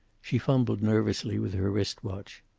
she fumbled nervously with her wrist-watch.